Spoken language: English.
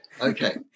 Okay